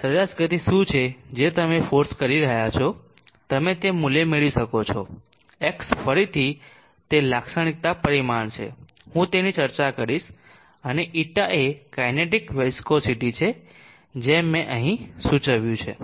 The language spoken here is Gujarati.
સરેરાશ ગતિ શું છે જે તમે ફોર્સ કરી રહ્યાં છો તમે તે મૂલ્ય મેળવી શકો છો X ફરીથી તે લાક્ષણિકતા પરિમાણ છે હું તેની ચર્ચા કરીશ અને η એ કાઇનેટિક વિસ્કોસીટી છે જેમ મેં અહીં સૂચવ્યું છે